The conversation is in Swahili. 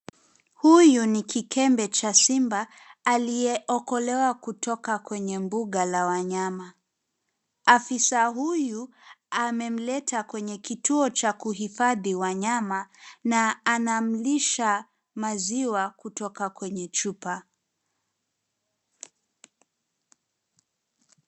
Huyu ni kikembe cha simba, aliyeokolewa kutoka kwenye mbunga ya wanyama. Afisa huyu, amemleta kwenye kituo cha kuhifadhi wanyama, na anamlisha maziwa, kutoka kwenye chupa.